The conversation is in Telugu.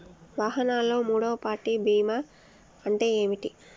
వాహనాల్లో మూడవ పార్టీ బీమా అంటే ఏంటి?